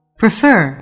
prefer